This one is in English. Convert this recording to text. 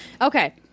Okay